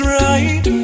right